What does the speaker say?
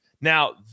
Now